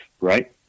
Right